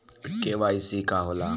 KYC का होला?